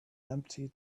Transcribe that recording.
empty